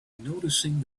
noticing